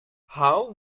how